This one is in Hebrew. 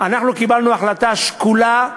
אנחנו קיבלנו החלטה שקולה,